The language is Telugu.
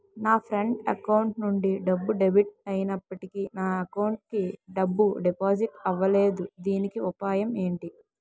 నా ఫ్రెండ్ అకౌంట్ నుండి డబ్బు డెబిట్ అయినప్పటికీ నా అకౌంట్ కి డబ్బు డిపాజిట్ అవ్వలేదుదీనికి ఉపాయం ఎంటి?